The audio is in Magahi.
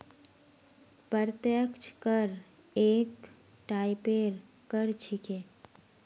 प्रत्यक्ष कर एक टाइपेर कर छिके